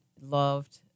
loved